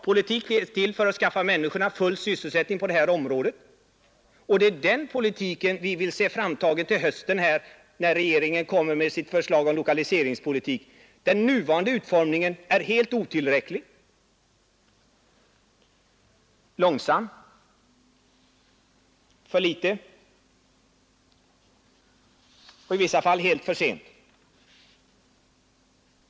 Näringspolitik är till för att skaffa människorna full sysselsättning, och det är den politiken vi vill se framtagen till hösten, när regeringen kommer med sitt förslag om lokaliseringspolitik. Den nuvarande utformningen är helt otillräcklig. Långsamt, för litet och i vissa fall för sent.